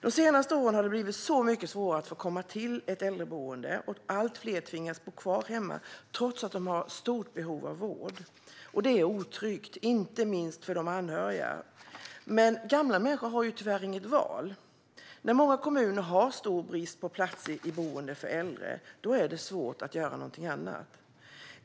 De senaste åren har det blivit mycket svårare att få komma till ett äldreboende, och allt fler tvingas bo kvar hemma trots att de har ett stort behov av vård. Det är otryggt, inte minst för de anhöriga. Men gamla människor har tyvärr inget val - när många kommuner har stor brist på platser i boenden för äldre är det svårt att göra någonting annat.